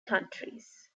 countries